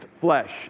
flesh